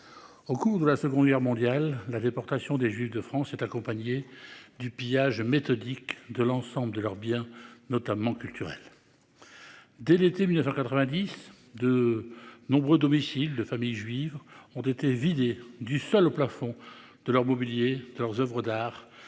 Au cours de la seconde guerre mondiale la déportation des juifs de France est accompagné du pillage méthodique de l'ensemble de leurs biens, notamment culturels. Dès l'été 1990, de nombreux domiciles de familles juives ont été vidés du sol au plafond de leur mobilier de leurs Oeuvres d'art